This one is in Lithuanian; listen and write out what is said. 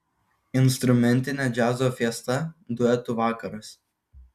instrumentinė džiazo fiesta duetų vakaras